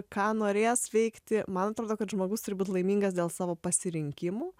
ką norės veikti man atrodo kad žmogus turi būt laimingas dėl savo pasirinkimų